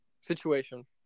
situation